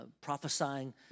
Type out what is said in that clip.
prophesying